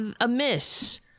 amiss